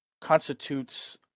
constitutes